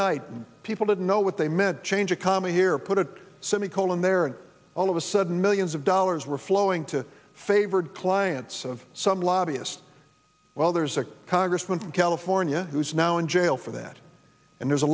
and people didn't know what they meant change a comma here put a semi colon there and all of a sudden millions of dollars were flowing to favored clients of some lobbyist well there's a congressman from california who's now in jail for that and there's a